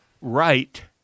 right